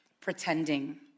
pretending